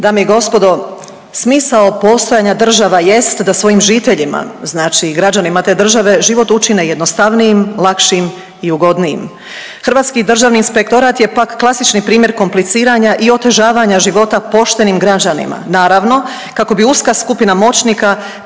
Dame i gospodo, smisao postojanja država jest da svojim žiteljima, znači građanima te države život učine jednostavnijim, lakšim i ugodnijim. Hrvatski Državni inspektorat je pak, klasični primjer kompliciranja i otežavanja života poštenim građanima, naravno, kako bi uska skupina moćnika